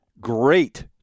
Great